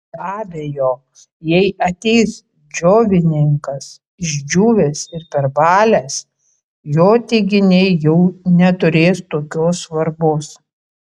be abejo jei ateis džiovininkas išdžiūvęs ir perbalęs jo teiginiai jau neturės tokios svarbos